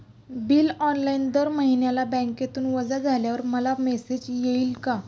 Bill online दर महिन्याला बँकेतून वजा झाल्यावर मला मेसेज येईल का?